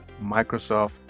Microsoft